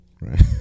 Right